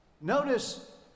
Notice